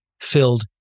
filled